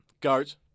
Goat